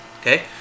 okay